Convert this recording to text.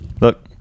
Look